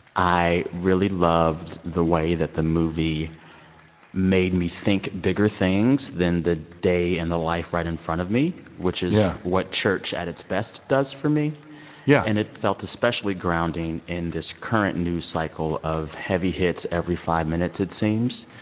i really loved the way that the movie made me think bigger things than the day and the life right in front of me, which is yeah what church at its best does for me yeah and it felt especially grounding in this current news cycle of heavy hits every five minutes, it seems,